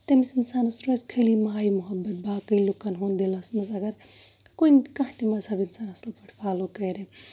تٔمِس اِنسانَس روزِ خٲلی ماے مُحبت باقٕے لُکن ہُند دِلَس منٛز اَگر کُنہِ تہِ کانہہ تہِ مَزہب انسان اَصٕل پٲٹھۍ فالو کَرِ